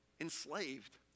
enslaved